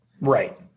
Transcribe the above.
Right